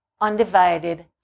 undivided